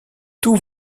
tout